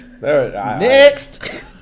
Next